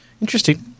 Interesting